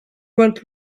went